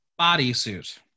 bodysuit